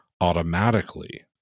automatically